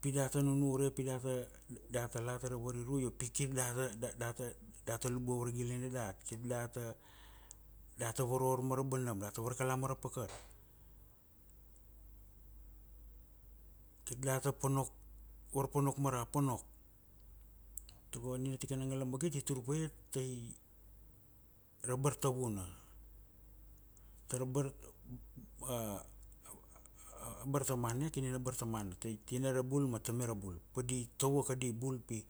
Pi data nunure pi data data la tara variru io pi kir da ra, da, da data luba vargilane dat. Kir data varor mara banam, data varkala mara pakat. Kir data ponok, varponok mara ponok. Tago nia tikana ngal na magit it tur paia tai, ra bartavuna. Tara bartamana e? A kini na bartamana. Tinai ra bulmma tamai ra bul. Padi tovo kadi bul pi,